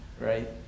right